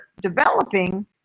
developing